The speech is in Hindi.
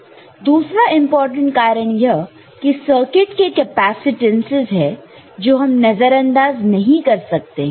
और दूसरा इंपॉर्टेंट कारण यह है कि सर्किट के कैपेसिटेंससहै जो हम नजरअंदाज नहीं कर सकते हैं